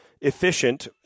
efficient